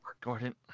Gordon